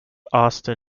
austin